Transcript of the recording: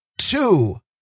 Two